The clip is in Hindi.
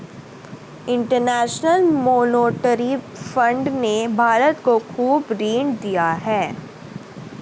इंटरेनशनल मोनेटरी फण्ड ने भारत को खूब ऋण दिया है